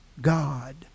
God